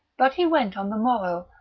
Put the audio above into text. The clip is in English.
but he went on the morrow,